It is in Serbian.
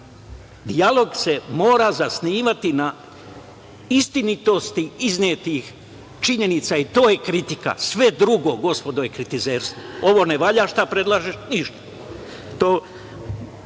Dijalog se mora zasnivati na istinitosti iznetih činjenica i to je kritika. Sve drugo, gospodo, je kritizerstvo. Ovo ne valja. A šta predlažeš? Ništa.